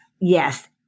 Yes